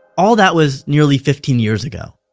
all that was nearly fifteen years ago.